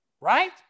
right